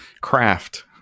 craft